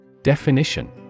Definition